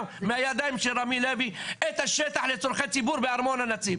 מהידיים של רמי לוי את השטח לצרכי ציבור בארמון הנציב?